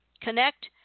connect